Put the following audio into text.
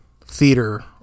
theater